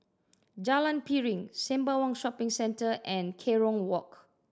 Jalan Piring Sembawang Shopping Centre and Kerong Walk